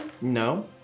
No